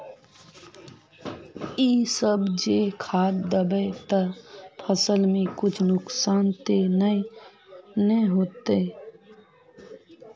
इ सब जे खाद दबे ते फसल में कुछ नुकसान ते नय ने होते